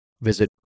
visit